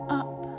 up